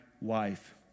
wife